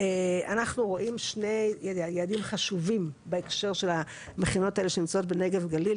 אנחנו רואים שני יעדים חשובים בהקשר של המכינות האלה שנמצאות בנגב גליל.